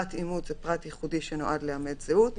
"פרט אימות" פרט ייחודי שנועד לאמת זהות,